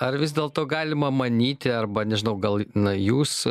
ar vis dėlto galima manyti arba nežinau gal na jūs